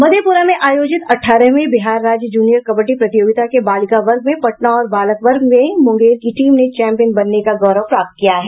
मधेपुरा में आयोजित अठारहवीं बिहार राज्य जूनियर कबड्डी प्रतियोगिता के बालिका वर्ग में पटना और बालक वर्ग में मूंगेर की टीम ने चैंपियन बनने का गौरव प्राप्त किया है